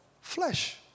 flesh